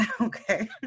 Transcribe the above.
Okay